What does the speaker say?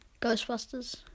Ghostbusters